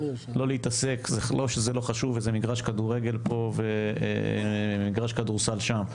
לא שלא חשוב מגרש כדורגל פה ומגרש כדורסל שם,